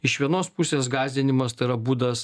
iš vienos pusės gąsdinimas tai yra būdas